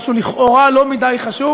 משהו לכאורה לא מדי חשוב,